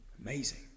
amazing